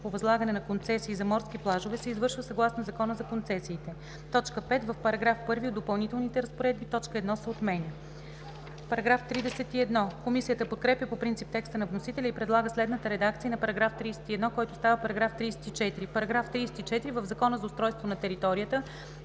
по възлагане на концесии за морски плажове се извършва съгласно Закона за концесиите.“ 5. В § 1 от допълнителните разпоредби т. 1 се отменя.“ Комисията подкрепя по принцип текста на вносителя и предлага следната редакция на § 31, който става § 34: „§ 34. В Закона за устройство на територията